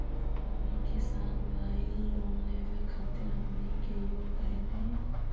हमनी किसान भईल, लोन लेवे खातीर हमनी के योग्य हई नहीं?